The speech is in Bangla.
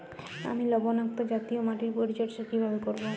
আমি লবণাক্ত জাতীয় মাটির পরিচর্যা কিভাবে করব?